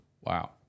Wow